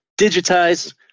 digitize